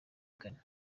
kane